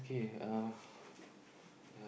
okay uh yeah